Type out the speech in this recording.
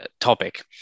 topic